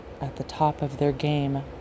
at-the-top-of-their-game